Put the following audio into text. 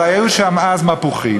אבל היו שם אז מפוחים,